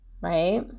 right